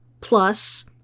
plus